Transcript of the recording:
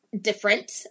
Different